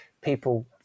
people